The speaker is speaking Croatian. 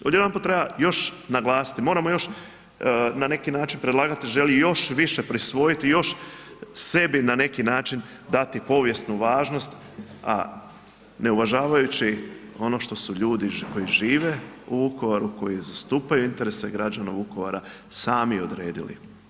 Odjedanput treba još naglasiti, moramo još na neki način predlagatelj želi još više prisvojiti još sebi na neki način dati povijesnu važnost, a ne uvažavajući ono što su ljudi koji u Vukovaru, koji zastupaju interese građana Vukovara sami odredili.